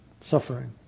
suffering